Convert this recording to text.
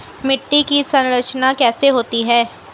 मिट्टी की संरचना कैसे होती है?